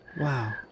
Wow